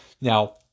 Now